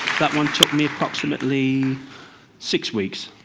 that one took me approximately six weeks.